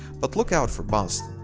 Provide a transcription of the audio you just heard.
but look out for boston,